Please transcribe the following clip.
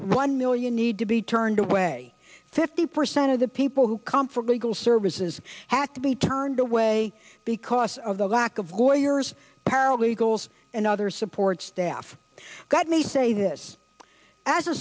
one million need to be turned away fifty percent of the people who come from legal services had to be turned away because of the lack of voyeurs paralegals and other support staff got me say this as a